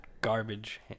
garbage